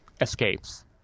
escapes